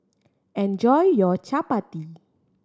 enjoy your Chapati